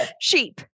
Sheep